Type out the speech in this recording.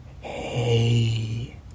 hey